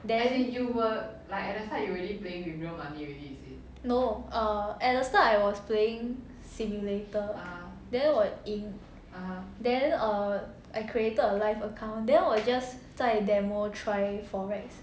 no err at the start I was playing simulator then 我赢 then err I created a live account then 我 just 在 demo try forex